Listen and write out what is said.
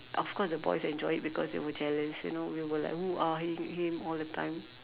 of course the boys enjoyed it because they were jealous you know we were like hoo-ha him him all the time